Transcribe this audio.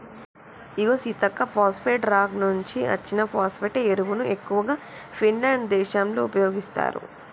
ఇగో Seethakka phosphate rock నుంచి అచ్చిన phosphate ఎరువును ఎక్కువగా ఫిన్లాండ్ దేశంలో ఉపయోగిత్తారు